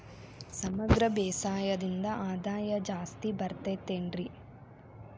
ಸಮಗ್ರ ಬೇಸಾಯದಿಂದ ಆದಾಯ ಜಾಸ್ತಿ ಬರತೈತೇನ್ರಿ?